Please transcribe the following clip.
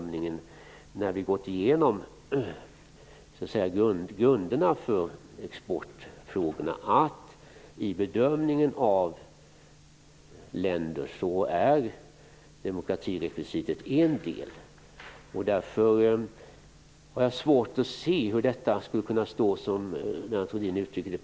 När vi gått igenom grunderna för exportfrågorna har vi bedömt att i bedömningen av länder är demokratirekvisitet en del. Därför har jag svårt att se hur detta skulle kunna stå på egna ben, som Lennart Rohdin uttrycker det.